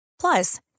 Plus